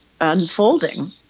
unfolding